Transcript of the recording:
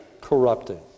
corrupting